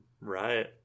Right